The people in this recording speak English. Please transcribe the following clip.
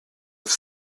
have